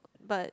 but